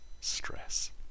stress